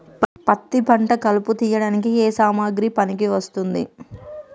పత్తి పంట కలుపు తీయడానికి ఏ సామాగ్రి పనికి వస్తుంది?